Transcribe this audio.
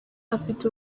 afite